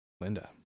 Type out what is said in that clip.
Linda